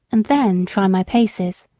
and then try my paces.